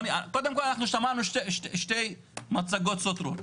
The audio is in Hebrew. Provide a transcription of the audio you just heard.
קודם כל שמענו שתי מצגות סותרות.